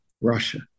Russia